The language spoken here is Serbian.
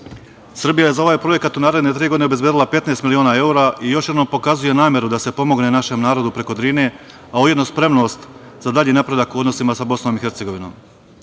je za ovaj projekat u naredne tri godine obezbedila 15 miliona evra i još jednom pokazuje nameru da se pomogne našem narodu preko Drine, a ujedno spremnost za dalji napredak u odnosima sa Bosnom i Hercegovinom. Regionalno